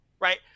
right